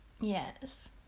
Yes